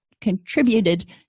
contributed